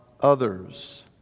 others